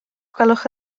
gwelwch